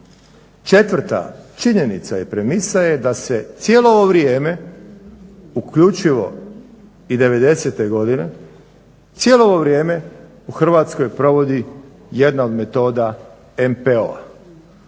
Četvrta činjenica i premisa je da se cijelo ovo vrijeme, uključivo i '90-e godine, cijelo ovo vrijeme u Hrvatskoj provodi jedna od metoda MPO-a.